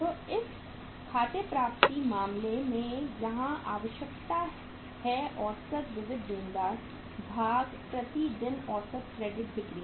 तो इस खाते प्राप्ति मामले में यहाँ आवश्यकता हैं औसत विविध देनदार भाग प्रति दिन औसत क्रेडिट बिक्री